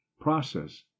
process